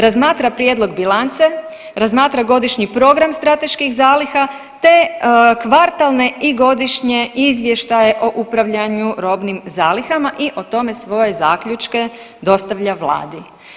Razmatra prijedlog bilance, razmatra godišnji program strateških zaliha, te kvartalne i godišnje izvještaje o upravljanju robnim zalihama i o tome svoje zaključke dostavlja Vladi.